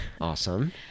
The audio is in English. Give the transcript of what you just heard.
awesome